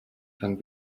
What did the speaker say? van